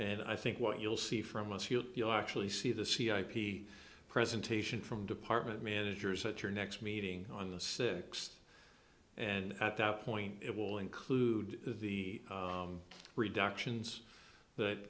and i think what you'll see from us here you'll actually see the c i p presentation from department managers at your next meeting on the six and at that point it will include the reductions that